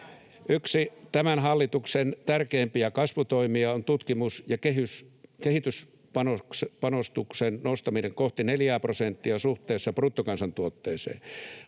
Yksi tämän hallituksen tärkeimpiä kasvutoimia on tutkimus- ja kehityspanostuksen nostaminen kohti neljää prosenttia suhteessa bruttokansantuotteeseen.